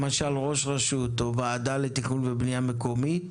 למשל: ראש רשות או ועדה לתיקון ובנייה מקומית,